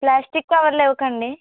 plastic కవర్లు ఇవ్వకండి